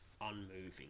unmoving